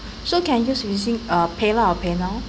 so can just receive uh PayLah or PayNow